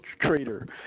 trader